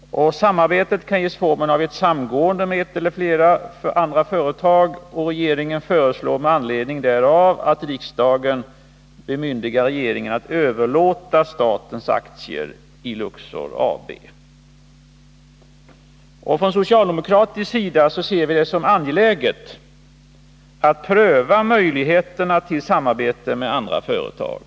Samarbetet kan nås genom ett samgående med ett eller flera andra företag. Regeringen föreslår med anledning därav att riksdagen bemyndigar regeringen att överlåta statens aktier i Luxor AB. Från socialdemokratisk sida anser vi det angeläget att pröva möjligheterna till samarbete med andra företag.